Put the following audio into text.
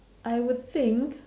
I would think